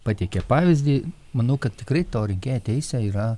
pateikė pavyzdį manau kad tikrai to rinkėjo teisė yra